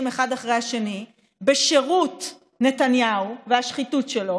אחד אחרי השני בשירות נתניהו והשחיתות שלו.